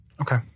Okay